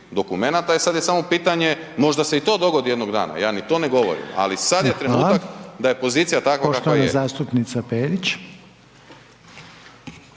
dokumenata, e sad je samo pitanje, možda se i to dogodi jednog dana, ja ni to ne govorim ali sad je trenutak da je pozicija takva kakva je.